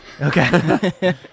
Okay